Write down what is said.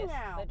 now